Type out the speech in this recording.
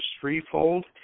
threefold